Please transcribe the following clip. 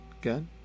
Good